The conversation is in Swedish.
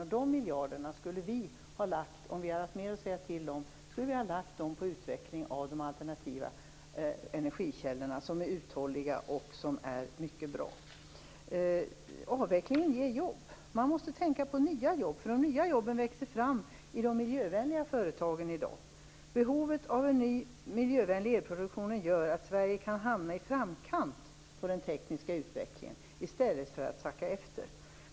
Om vi hade haft mer att säga till om skulle vi ha lagt dessa miljarder på utveckling av de alternativa energikällorna som är uthålliga och mycket bra. Avvecklingen ger jobb. Man måste tänka på nya jobb, eftersom de nya jobben växer fram i de miljövänliga företagen. Behovet av en ny milijövänlig elproduktion gör att Sverige kan hamna i framkant i fråga om den tekniska utvecklingen i stället för att sacka efter.